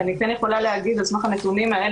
ואני כן יכולה להגיד על סמך הנתונים האלה